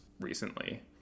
recently